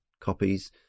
copies